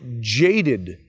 jaded